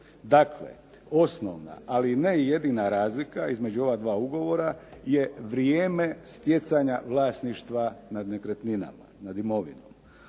Dakle, osnovna, ali ne i jedina razlika između ova dva ugovora je vrijeme stjecanja vlasništva nad nekretninama, nad imovinom.